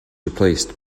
replaced